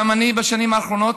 גם אני בשנים האחרונות,